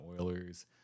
Oilers